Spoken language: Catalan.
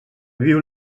viu